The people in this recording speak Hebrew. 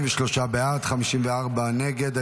43 בעד, 54 נגד.